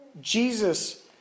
Jesus